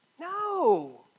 No